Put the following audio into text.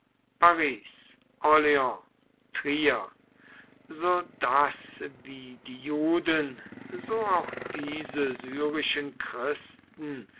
paris orleans trier so daß wie die juden so auch diese syrischen christen